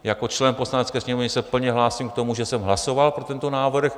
Jako člen Poslanecké sněmovny se plně hlásím k tomu, že jsem hlasoval pro tento návrh.